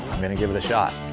i'm going to give it a shot.